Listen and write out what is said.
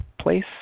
place